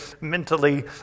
mentally